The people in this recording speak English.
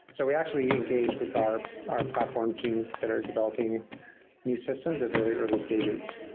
so we actually engage with our our platform teams that are developing new systems at very early stages,